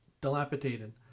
dilapidated